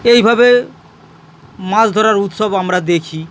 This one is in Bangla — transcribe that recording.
এইভাবে মাছ ধরার উৎসব আমরা দেখি